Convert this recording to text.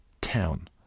town